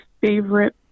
favorite